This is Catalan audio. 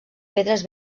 pedres